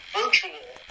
virtual